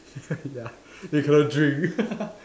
ya recurring dream